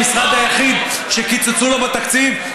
המשרד היחיד שקיצצו לו בתקציב.